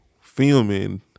filming